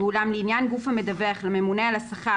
ואולם לעניין גוף המדווח לממונה על השכר